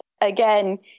Again